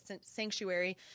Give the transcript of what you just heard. sanctuary